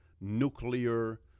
nuclear